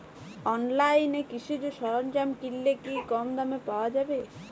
অনলাইনে কৃষিজ সরজ্ঞাম কিনলে কি কমদামে পাওয়া যাবে?